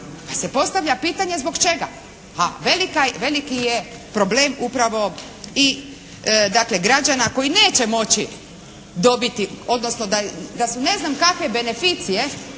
se postavlja pitanje zbog čega. A veliki je problem upravo i dakle građana koji neće moći dobiti, odnosno da su ne znam kakve beneficije